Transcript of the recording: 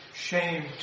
shame